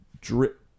drip